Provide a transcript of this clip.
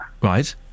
Right